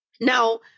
now